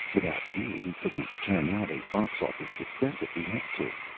without you, he couldn't turn out a box-office success if he had to.